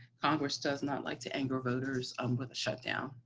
congress does not like to anger voters um with a shutdown.